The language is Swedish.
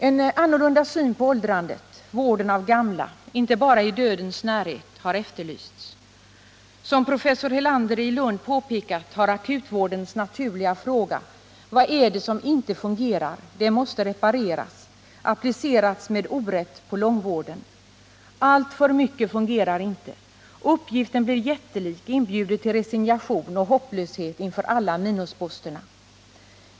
En annorlunda syn på åldrandet, vården av gamla, inte bara i dödens närhet, har efterlysts. Som professor Helander i Lund påpekat har akutvårdens naturliga fråga ”Vad är det som inte fungerar? Det måste repareras.” applicerats med orätt på långvården. Alltför mycket fungerar inte, uppgiften blir jättelik och inbjuder till resignation och hopplöshet inför alla minusposterna.